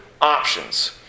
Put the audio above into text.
options